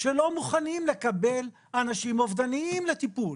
שלא מוכנים לקבל אנשים אובדניים לטיפול.